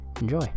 Enjoy